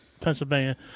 Pennsylvania